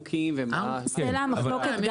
ומה הנימוקים ומה --- סלע המחלוקת גם